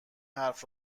حرف